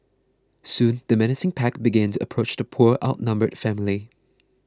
soon the menacing pack began to approach the poor outnumbered family